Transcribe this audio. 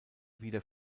wieder